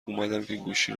گوشی